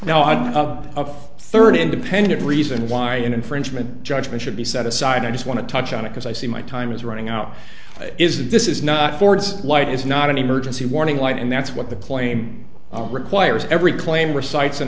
of third independent reason why an infringement judgment should be set aside i just want to touch on it because i see my time is running out is that this is not ford's light is not an emergency warning light and that's what the claim requires every claim recites an